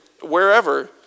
wherever